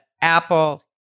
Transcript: Apple